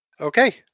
Okay